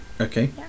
okay